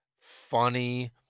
funny